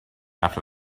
after